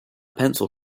pencil